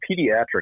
pediatric